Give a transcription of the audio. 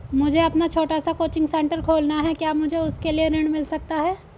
मुझे अपना छोटा सा कोचिंग सेंटर खोलना है क्या मुझे उसके लिए ऋण मिल सकता है?